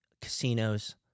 casinos